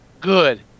good